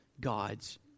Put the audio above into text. God's